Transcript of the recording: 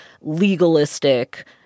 legalistic